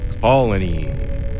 Colony